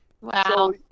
Wow